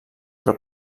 però